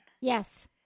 Yes